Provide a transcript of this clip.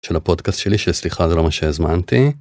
של הפודקאסט שלי, של סליחה זה לא מה שהזמנתי.